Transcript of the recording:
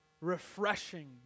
refreshing